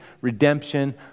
redemption